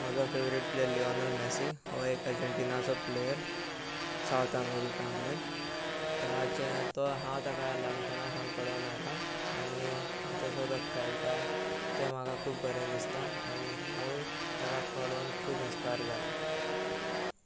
म्हजो favourite player Lionel Messi हो एक आर्जंटिनाचो प्लेयर सावथ अमेरिकांतल्यान ताचे तो हांव ताका ल्हानपणा सावन पळोवन आयला आनी जसो तो खेळटा तें म्हाका खूब बरें दिसता आनी हांवूंय ताका पळोवन खूब इन्स्पायर जालां